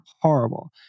horrible